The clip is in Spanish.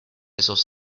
esos